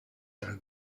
tra